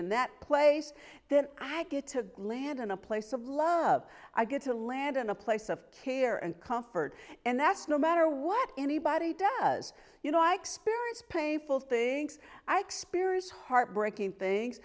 in that place then i get to land in a place of love i get to land in a place of care and comfort and that's no matter what anybody does you know i experience painful things i experience heartbreaking th